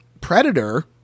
predator